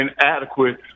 inadequate